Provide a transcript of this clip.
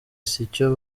sicyo